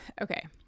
Okay